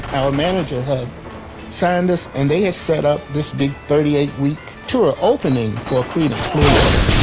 our manager had signed us and they had set up this big thirty eight week tour opening for credence clearwater,